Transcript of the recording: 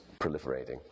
proliferating